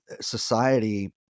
society